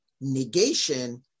negation